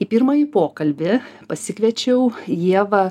į pirmąjį pokalbį pasikviečiau ievą